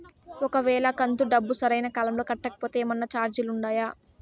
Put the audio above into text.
ఒక వేళ కంతు డబ్బు సరైన కాలంలో కట్టకపోతే ఏమన్నా చార్జీలు ఉండాయా?